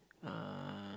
uh